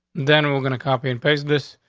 then we're gonna copy and paste this.